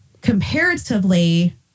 comparatively